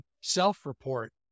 self-report